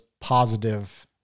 positive